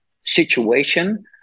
situation